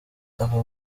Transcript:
aba